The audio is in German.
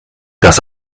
das